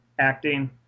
acting